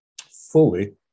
fully